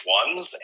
ones